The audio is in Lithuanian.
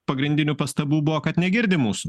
pagrindinių pastabų buvo kad negirdi mūsų